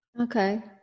Okay